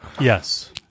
Yes